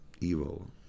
evil